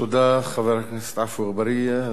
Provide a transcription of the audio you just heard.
תודה לחבר הכנסת עפו אגבאריה.